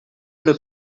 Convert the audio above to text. hora